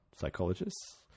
psychologists